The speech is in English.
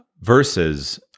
versus